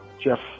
Jeff